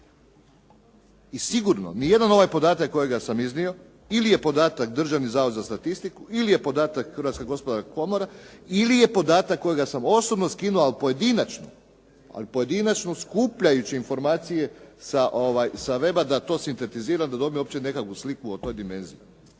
I sigurno ni jedan ovaj podatak kojega sam iznio ili je podatak Državnog zavoda za statistiku ili je podatak Hrvatske gospodarske komore ili je podatak kojega sam osobno skinuo, ali pojedinačno, ali pojedinačno skupljajući informacije sa web-a da to sintetiziram, da dobijem uopće nekakvu sliku o toj dimenziji.